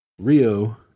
Rio